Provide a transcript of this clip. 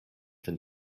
than